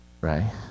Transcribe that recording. right